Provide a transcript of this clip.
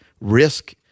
risk